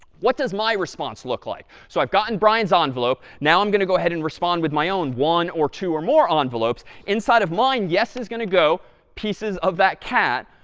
what does my response look like? so i've gotten brian's ah envelope. now i'm going to go ahead and respond with my own one or two or more um envelopes. inside of mine, yes, is going to go pieces of that cat,